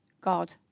God